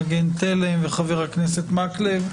מגן תלם וחבר הכנסת מקלב.